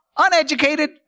uneducated